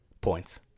points